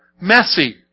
Messy